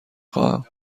خواهم